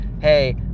Hey